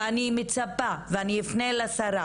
אני מצפה, ואני אפנה לשרה